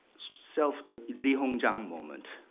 self ah lee hong jong moment,